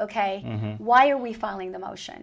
ok why are we filing the motion